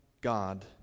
God